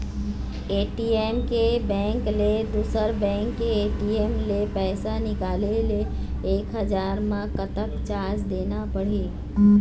ATM के bank ले दुसर बैंक के ए.टी.एम ले पैसा निकाले ले एक हजार मा कतक चार्ज देना पड़ही?